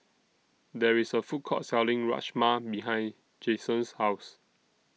There IS A Food Court Selling Rajma behind Jasen's House